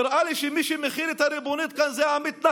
נראה לי שמי שמחיל את הריבונות כאן זה המתנחלים,